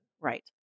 Right